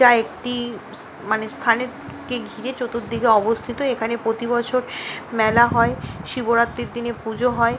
যা একটি মানে স্থানেরকে ঘিরে চতুর্দিকে অবস্থিত এখানে প্রতি বছর মেলা হয় শিবরাত্রির দিনে পুজো হয়